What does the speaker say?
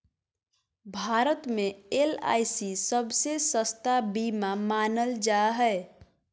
भारत मे एल.आई.सी सबसे सस्ता बीमा मानल जा हय